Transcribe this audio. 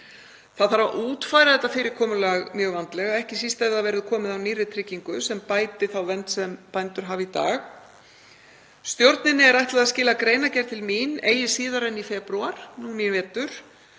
Það þarf að útfæra þetta fyrirkomulag mjög vandlega, ekki síst ef komið verður á nýrri tryggingu sem bætir þá vernd sem bændur hafa í dag. Stjórninni er ætlað að skila greinargerð til mín eigi síðar en í febrúar nú í vetur